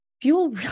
fuel